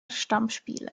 stammspieler